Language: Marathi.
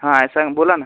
हा सां बोला ना